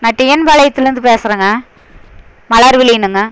நான் டிஎன்பாளையத்துலேயிருந்து பேசுறேங்க மலர்விழினுங்க